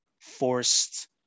forced